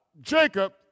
Jacob